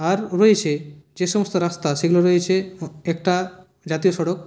আর রয়েছে যে সমস্ত রাস্তা সেগুলো রয়েছে একটা জাতীয় সড়ক